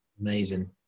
Amazing